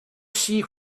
see